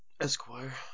Esquire